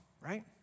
right